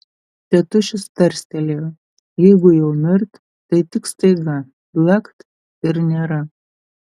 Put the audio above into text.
tėtušis tarstelėjo jeigu jau mirt tai tik staiga blakt ir nėra